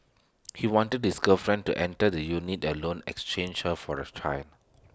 he wanted his girlfriend to enter the unit alone exchange her for her child